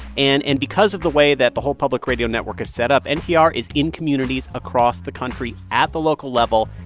and and because of the way that the whole public radio network is set up, npr is in communities across the country at the local level,